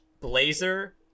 blazer